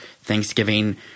Thanksgiving